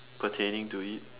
pertaining to it